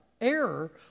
error